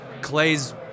Clay's